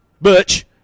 Butch